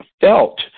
Felt